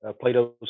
Plato's